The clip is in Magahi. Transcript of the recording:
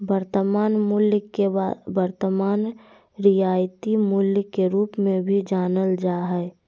वर्तमान मूल्य के वर्तमान रियायती मूल्य के रूप मे भी जानल जा हय